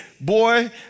Boy